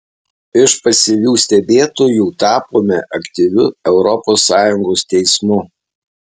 iš pasyvių stebėtojų tapome aktyviu europos sąjungos teismu